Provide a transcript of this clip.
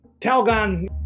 Talgon